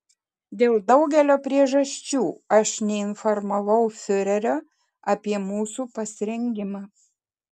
dėl daugelio priežasčių aš neinformavau fiurerio apie mūsų pasirengimą